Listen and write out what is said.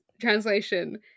translation